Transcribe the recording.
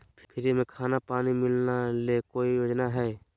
Free में खाना पानी मिलना ले कोइ योजना हय?